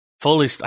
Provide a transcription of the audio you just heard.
fully –